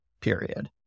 period